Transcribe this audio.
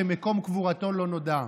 שמקום קבורתו לא נודע.